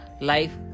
life